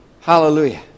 Hallelujah